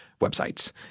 websites